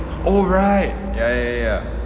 oh right ya ya ya